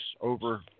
over